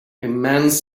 immense